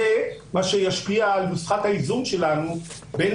זה מה שישפיע על משחק האיזון שלנו בין